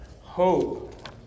Hope